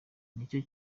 nicyo